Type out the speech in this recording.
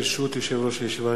ברשות יושב-ראש הישיבה,